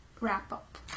wrap-up